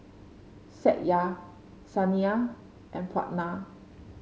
Satya Saina and Pranav